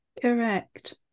Correct